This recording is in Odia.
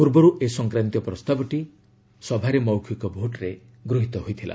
ପୂର୍ବରୁ ଏ ସଂକ୍ରାନ୍ତୀୟ ପ୍ରସ୍ତାବଟି ସଭାରେ ମୌଖିକ ଭୋଟରେ ଗୃହିତ ହୋଇଥିଲା